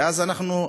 ואז אנחנו,